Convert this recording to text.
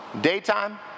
Daytime